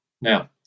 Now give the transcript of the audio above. Now